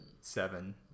Seven